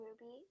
Ruby